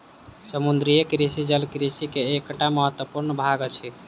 समुद्रीय कृषि जल कृषि के एकटा महत्वपूर्ण भाग अछि